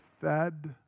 fed